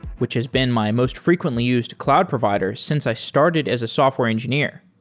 which has been my most frequently used cloud provider since i started as a software engineer.